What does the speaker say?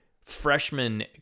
freshman